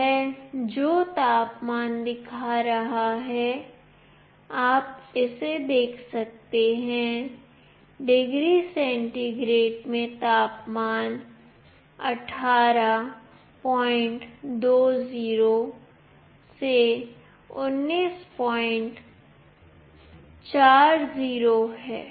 यह जो तापमान दिखा रहा है आप इसे देख सकते हैं डिग्री सेंटीग्रेड में तापमान 1820 1940 है